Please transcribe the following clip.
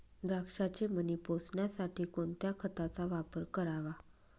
द्राक्षाचे मणी पोसण्यासाठी कोणत्या खताचा वापर करावा?